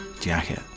jacket